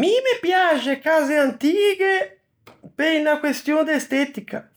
Mi me piaxe e case antighe, pe unna question de estetica,